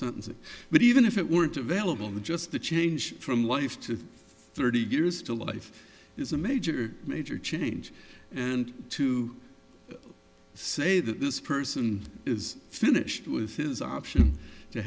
sentencing but even if it weren't available the just the change from life to thirty years to life is a major major change and to say that this person is finished with his option to